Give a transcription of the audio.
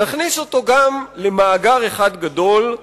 נכניס אותו גם למאגר גדול אחד,